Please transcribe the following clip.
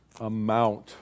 amount